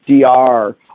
DR